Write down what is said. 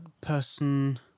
person